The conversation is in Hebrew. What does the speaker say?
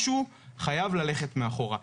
משהו חייב ללכת מאחורה.